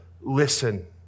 listen